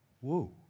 Whoa